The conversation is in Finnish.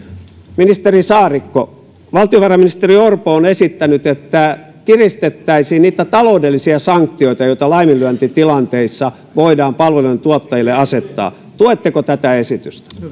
ministeri saarikko valtiovarainministeri orpo on esittänyt että kiristettäisiin niitä taloudellisia sanktioita joita laiminlyöntitilanteissa voidaan palvelujen tuottajille asettaa tuetteko tätä esitystä